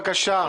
בבקשה.